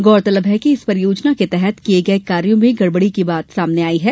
गौरतलब है कि इस परियोजना के तहत किए गए कायाँ में गड़बड़ी की बात सामने आई है